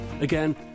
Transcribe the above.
Again